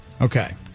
Okay